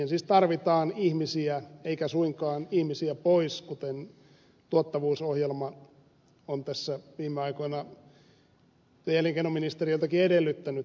siihen siis tarvitaan ihmisiä eikä suinkaan ihmisiä pois kuten tuottavuusohjelma on tässä viime aikoina elinkeinoministeriöltäkin edellyttänyt